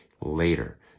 later